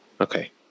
Okay